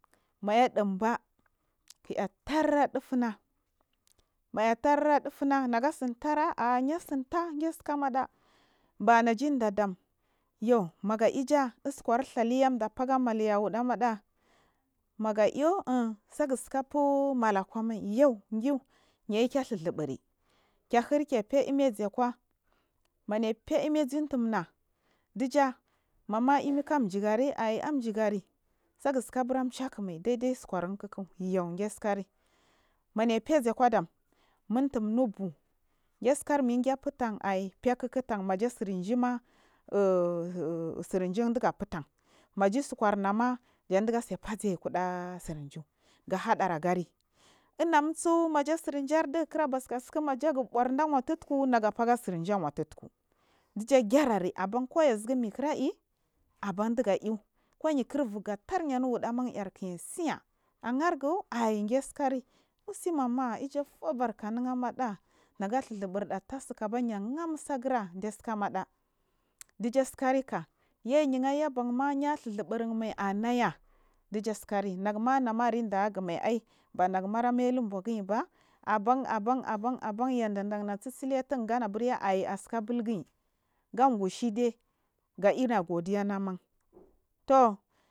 Maya dimba kiay tara dufuna maya taira dufuna nayatsin naga tsin tara a aya tsinta a dasika amniada banatin dam ya maga ija uskur idhaliya jatah ga malya wudamada magayu in saksika fumai akwamai yaudiyu yayuke dhuzuburi kehir kefe imiazaikwa maya fe imir aku untumna diga fazutuha mam sagasika chakumai daidai uskarnkiki yuah di tsikari manife zikwa f-dam ma umtun m-na kisikari min kef u tank akwa fe kukutau maja sirjima ja ndiga fetank ma uskurnama jandigatsifa ayukuda sirjiu gahadar agari anamusu maja singu digukira basika siku maja gu burda awatutku nag a faga, sirfi awa tutku dija gerari abanku ya zigu mayi kirai aban duga iyu kuyukira uju gatarnanu wudamanar kiya tsiya aghargu ai ai yasi kari usi mama iju fubarka nu amaɗa naga duhzuburta ta sikra yihar musagura disika amada dijatsikari kakayniy ayabanma ya dhuzubunmai anaya dija sikari nimaya radagagumai ai banagumalin buiginba aban aban aban aban ya dan dantsu silitin abir ya ai asika bulgi gan gutshe dai ga inagodiya anu amman tou.